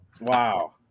Wow